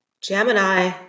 Gemini